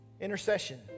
intercession